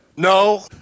No